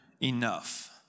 enough